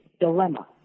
dilemma